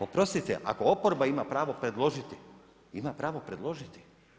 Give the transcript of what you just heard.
Oprostite, ako oporba ima pravo predložiti, ima pravo predložiti.